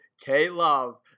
K-Love